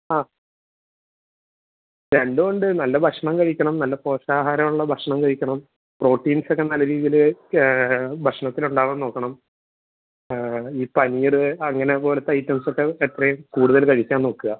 ആ രണ്ടുമുണ്ട് നല്ല ഭക്ഷണം കഴിക്കണം നല്ല പോഷകാഹാരം ഉള്ള ഭക്ഷണം കഴിക്കണം പ്രോട്ടീൻസ് ഒക്കെ നല്ല രീതിയിൽ ഭക്ഷണത്തിൽ ഉണ്ടാവാൻ നോക്കണം ഈ പനീർ അങ്ങനെ പോലത്തെ ഐറ്റംസ് ഒക്കെ എത്രയും കൂടുതൽ കഴിക്കാൻ നോക്കുക